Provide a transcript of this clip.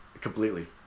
Completely